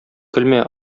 көлмә